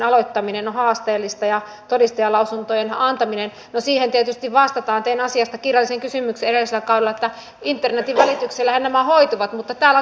rangaistavaa tai selvästi laitonta se ei kuitenkaan ole eikä minkäänlainen este sellaiselle toimijalle jonka tarkoitusperät ovat lähtökohtaisesti laittomat